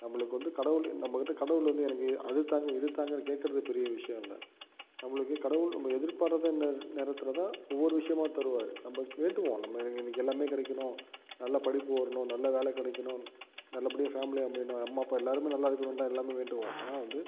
நம்மளுக்கு வந்து கடவுளு நம்மக்கிட்ட கடவுள் வந்து எனக்கு அது தாங்க இது தாங்கன்னு கேட்கறது பெரிய விஷயம் இல்லை நம்மளுக்கு கடவுள் நம்ப எதிர்பாராத நேர நேரத்தில் தான் ஒவ்வொரு விஷயமாக தருவாரு நம்ம வேண்டுவோம் நம்ம எனக்கு எனக்கு எல்லாமே கிடைக்கணும் நல்லா படிப்பு வரணும் நல்ல வேலை கிடைக்கணும் நல்லப்படியா ஃபேமிலி அமையணும் அம்மா அப்பா எல்லாருமே நல்லாருக்கணுன்னு தான் எல்லாருமே வேண்டுவோம் ஆனால் வந்து